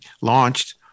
launched